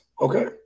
Okay